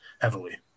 heavily